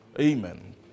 Amen